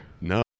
No